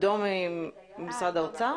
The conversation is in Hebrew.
עידו ממשרד האוצר,